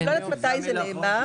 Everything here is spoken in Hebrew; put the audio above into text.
אני לא יודעת מתי זה נאמר.